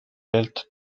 built